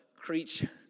Creature